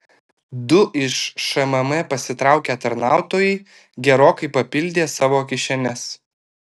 du iš šmm pasitraukę tarnautojai gerokai papildė savo kišenes